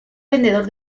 vendedor